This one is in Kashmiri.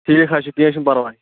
ٹھیٖک حظ چھُ کیٚنٛہہ چھُنہٕ پرواے